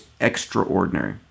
extraordinary